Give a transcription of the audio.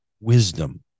Wisdom